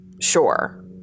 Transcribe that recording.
sure